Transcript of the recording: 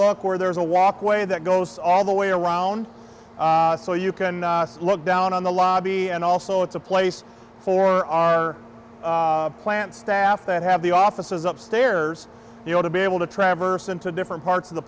look where there's a walkway that goes all the way around so you can look down on the lobby and also it's a place for our plant staff that have the offices up stairs you know to be able to traverse into different parts of the